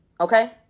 okay